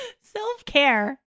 Self-care